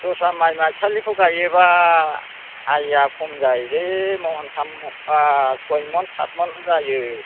दस्रा माइ माइसालिखौ गायोब्ला आया खम जायोलै महनथाम आ सय मन साथ मन ल' जायो